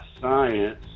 science